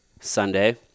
Sunday